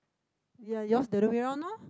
ya yours the other way round one lor